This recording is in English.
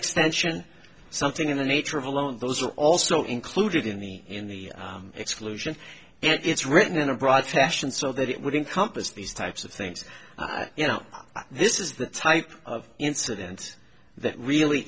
expansion something in the nature of a loan those are also included in the in the exclusion and it's written in a broad fashion so that it would encompass these types of things you know this is the type of incident that really